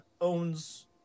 owns